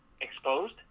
exposed